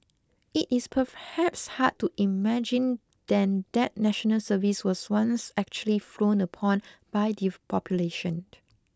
it is perhaps hard to imagine then that National Service was once actually frowned upon by the population